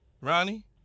Ronnie